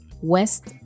West